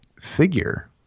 figure